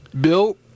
Bill